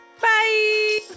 Bye